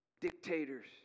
dictators